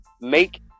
make